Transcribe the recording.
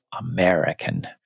American